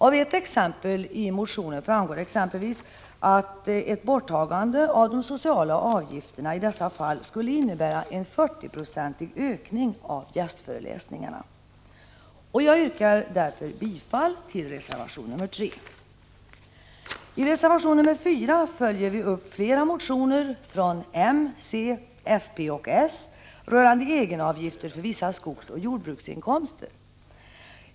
Av ett exempel i motionen framgår att ett borttagande av de sociala avgifterna i dessa fall skulle innebära en 40 procentig ökning av gästföreläsningarna. Jag yrkar därför bifall till reservation nr 3. I reservation nr 4 följer vi upp flera motioner från m, c, fp och s rörande egenavgifter för vissa skogsoch jordbruksinkomster.